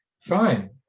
fine